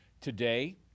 Today